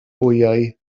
wyau